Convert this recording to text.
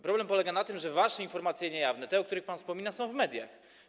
Problem polega na tym, że wasze informacje niejawne, te, o których pan wspomina, są w mediach.